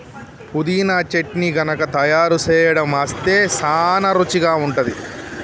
పుదీనా చట్నీ గనుక తయారు సేయడం అస్తే సానా రుచిగా ఉంటుంది